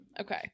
okay